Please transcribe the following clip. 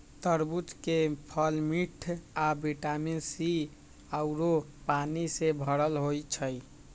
तरबूज के फल मिठ आ विटामिन सी आउरो पानी से भरल होई छई